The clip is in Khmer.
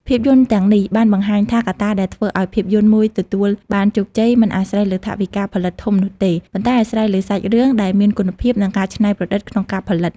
ភាពយន្តទាំងនេះបានបង្ហាញថាកត្តាដែលធ្វើឲ្យភាពយន្តមួយទទួលបានជោគជ័យមិនអាស្រ័យលើថវិកាផលិតធំនោះទេ ប៉ុន្តែអាស្រ័យលើសាច់រឿងដែលមានគុណភាព និងការច្នៃប្រឌិតក្នុងការផលិត។